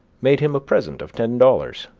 made him a present of ten dollars,